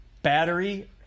Battery